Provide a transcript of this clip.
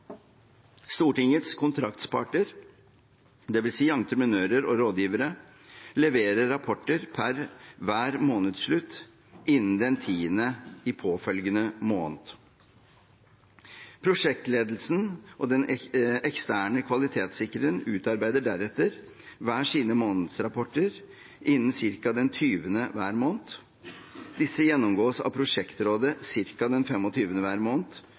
Stortingets kontraktsparter – det vil si entreprenører og rådgivere – leverer rapporter pr. hver månedsslutt innen den 10. i påfølgende måned. Prosjektledelsen og den eksterne kvalitetssikreren utarbeider deretter hver sine månedsrapporter innen ca. den 20. hver måned. Disse gjennomgås av prosjektrådet ca. den 25. hver måned,